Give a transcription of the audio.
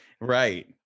right